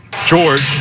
George